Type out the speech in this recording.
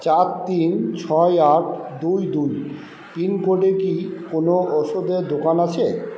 চার তিন ছয় আট দুই দুই পিন কোডে কি কোনো ওষুধের দোকান আছে